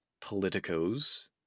politicos